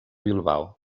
bilbao